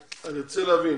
אני רוצה להבין.